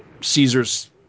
Caesar's